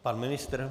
Pan ministr?